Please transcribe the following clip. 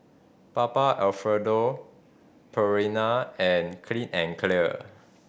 Papa Alfredo Purina and Clean and Clear